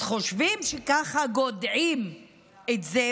אז חושבים שככה גודעים את זה,